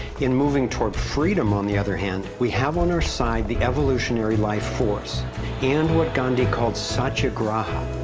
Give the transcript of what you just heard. in moving toward freedom, on the other hand, we have on our side the evolutionary life force and what gandhi called satyagraha,